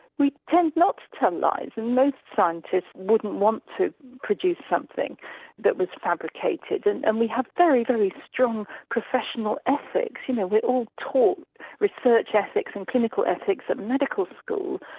we tend not to tell um lies and most scientists wouldn't want to produce something that was fabricated, and and we have very, very strong professional ethics. you know, we're all taught research ethics and clinical ethics at medical school,